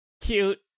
cute